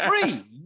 free